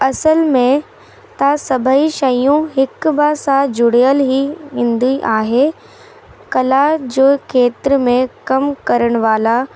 असल में त सभेई शयूं हिक ॿिए सां जुड़ियल ई हूंदी आहे कला जो खेत्र में कमु करण वाला